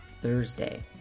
Thursday